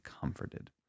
comforted